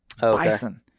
Bison